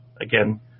again